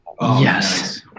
Yes